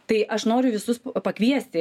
tai aš noriu visus pakviesti